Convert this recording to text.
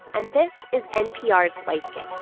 and this is npr's life kit